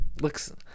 looks